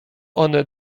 one